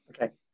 Okay